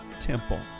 temple